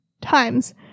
times